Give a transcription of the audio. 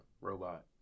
robot